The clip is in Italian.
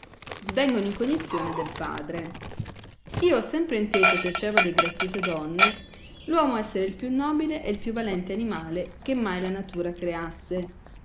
vengono in cognizione del padre io ho sempre inteso piacevoli e graziose donne l uomo esser il più nobile e il più valente animale che mai la natura creasse